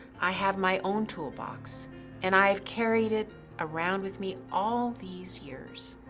i have my own toolbox and i have carried it around with me all these years.